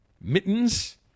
Mittens